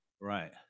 Right